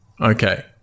Okay